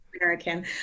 american